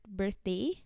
birthday